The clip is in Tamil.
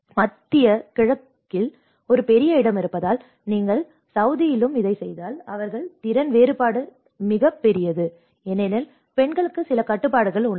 மத்திய கிழக்கில் ஒரு பெரிய இடம் இருப்பதால் நீங்கள் சவுதியிலும் இதைச் செய்தால் அவர்களுக்கு திறன் வேறுபாடு மிகப் பெரியது ஏனெனில் பெண்களுக்கு சில கட்டுப்பாடுகள் உள்ளன